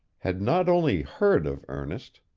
had not only heard of ernest,